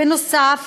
נוסף